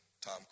Tom